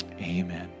Amen